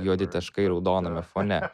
juodi taškai raudoname fone